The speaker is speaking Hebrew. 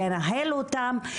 לנהל אותם,